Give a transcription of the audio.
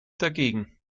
dagegen